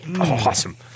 Awesome